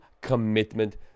commitment